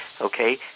Okay